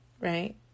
right